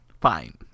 Fine